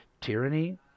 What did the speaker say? Tyranny